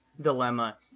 dilemma